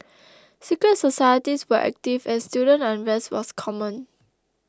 secret societies were active and student unrest was common